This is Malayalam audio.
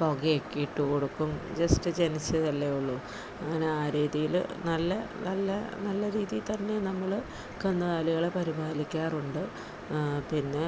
പുകയൊക്കെയിട്ടു കൊടുക്കും ജസ്റ്റ് ജനിച്ചതല്ലേ ഉള്ളു അങ്ങനെ ആ രീതിയില് നല്ല നല്ല നല്ല രീതിയില്ത്തന്നെ നമ്മള് കന്നുകാലികളെ പരിപാലിക്കാറുണ്ട് പിന്നെ